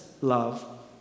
love